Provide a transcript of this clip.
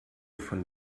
von